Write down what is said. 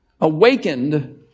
awakened